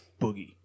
Boogie